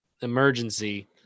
emergency